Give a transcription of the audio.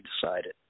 decided